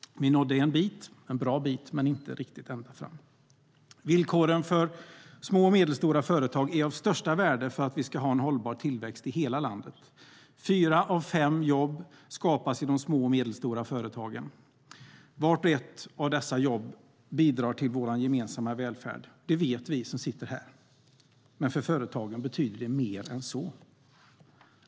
Vi nådde en bra bit men inte riktigt ända fram. Villkoren för små och medelstora företag är av största värde för att vi ska ha en hållbar tillväxt i hela landet. Fyra av fem jobb skapas i de små och medelstora företagen. Vart och ett av dessa jobb bidrar till vår gemensamma välfärd. Det vet vi som sitter här. Men för företagen betyder det mer än så.